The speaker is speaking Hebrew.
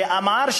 שאמר,